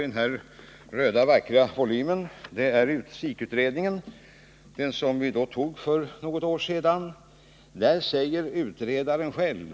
Den vackra röda volym jag nu visar upp är SIK-utredningens betänkande, som ledde till proposition och som vi fattade beslut om för något år sedan.